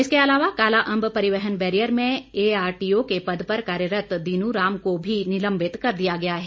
इसके अलावा काला अम्ब परिवहन बैरियर में एआरटीओ के पद पर कार्यरत दिनू राम को भी निलबिंत कर दिया गया है